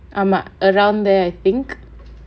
ஆமா:aamaa around there I think